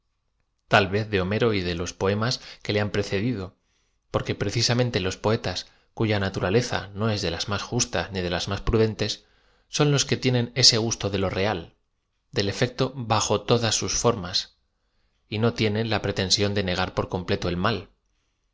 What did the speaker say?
e z de homero y de los poetas que le han precedido porque precisamente los poetaa cuya naturaleza no es de las máa justas ni de las más prudentes son los que tienen eae gusto de lo real del efecto bajo todae ub form as y no tienen la pretensión de negar por completo el mal